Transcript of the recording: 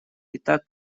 итак